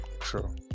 true